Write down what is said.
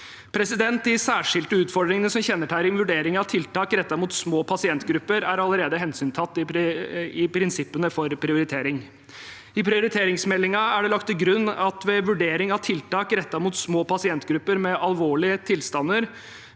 tilbud. De særskilte utfordringene som kjennetegner vurdering av tiltak rettet mot små pasientgrupper, er allerede hensyntatt i prinsippene for prioritering. I prioriteringsmeldingen er det lagt til grunn at ved vurdering av tiltak rettet mot små pasientgrupper med alvorlige tilstander